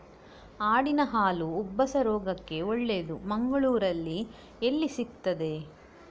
ಆಡಿನ ಹಾಲು ಉಬ್ಬಸ ರೋಗಕ್ಕೆ ಒಳ್ಳೆದು, ಮಂಗಳ್ಳೂರಲ್ಲಿ ಎಲ್ಲಿ ಸಿಕ್ತಾದೆ?